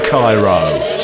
Cairo